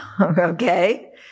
Okay